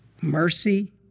Mercy